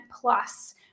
plus